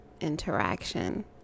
interaction